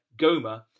Goma